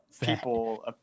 people